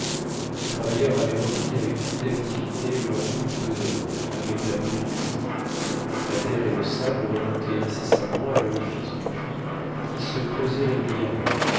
les travailleurs avaient repris avec plus d'activité leur rude besogne avec la venue du jour la terre et le sable remontaient incessamment à l'orifice du puits qui se creusait régulièrement